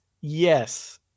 Yes